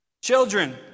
Children